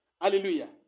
Hallelujah